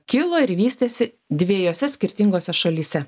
kilo ir vystėsi dviejose skirtingose šalyse